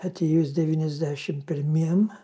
atėjus devyniasdešim pirmiem